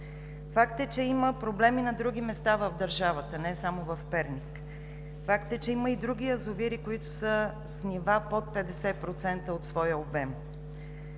Факт е, че има проблеми на други места в държавата, а не само в Перник. Факт е, че има и други язовири, които са с нива под 50% от своя обем.